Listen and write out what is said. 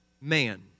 man